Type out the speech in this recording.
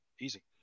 Easy